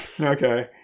Okay